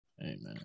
Amen